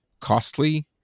costly